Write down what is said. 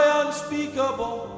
unspeakable